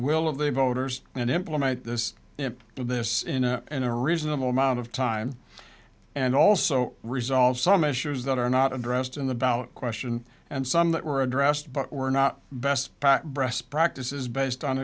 will of the voters and implement this in this in a in a reasonable amount of time and also resolve some issues that are not addressed in the ballot question and some that were addressed but we're not best breast practices based on